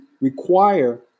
require